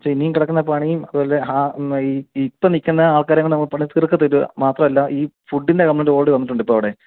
പക്ഷേ ഇനിയും കിടക്കുന്ന പണിയും അതുപോലെ തന്നെ ആ ഇപ്പോൾ നിൽക്കുന്ന ആൾക്കാരെ കൊണ്ട് നമുക്ക് പണി തീർക്കില്ല മാത്രം അല്ല ഈ ഫുഡിന്റെ കമന്റ് ഓടി വന്നിട്ടുണ്ട് അവിടെ